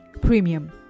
premium